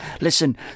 listen